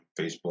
Facebook